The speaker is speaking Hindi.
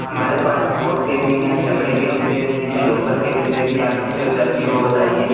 हमारे पास इस्पोर्ट के भी हैं चमड़े के जूते भी हैं लोफर के जूते भी आपको जो चाहिए वो बताइए